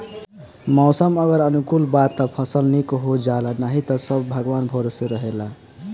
मौसम अगर अनुकूल बा त फसल निक हो जाला नाही त सब भगवान भरोसे रहेला